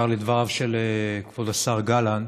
בעיקר לדבריו של כבוד השר גלנט.